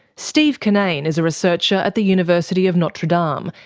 steve kinnane is a researcher at the university of notre dame,